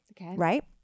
Right